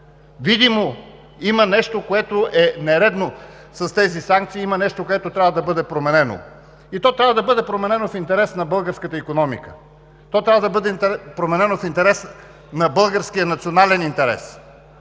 Видимо има нещо, което е нередно с тези санкции, има нещо, което трябва да бъде променено, и то трябва да бъде променено в интерес на българската икономика. То трябва да бъде променено в интерес на българския национален интерес,